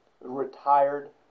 retired